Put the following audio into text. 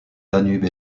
danube